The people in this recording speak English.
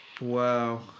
Wow